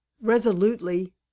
resolutely